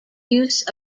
use